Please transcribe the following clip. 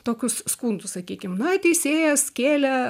tokius skundus sakykim na teisėjas kėlė